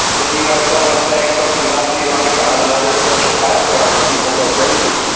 then you have someone saying something nazi like on another social platform and people go crazy.